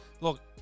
Look